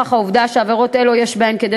נוכח העובדה שהעבירות האלה יש בהן כדי